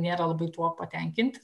nėra labai tuo patenkinti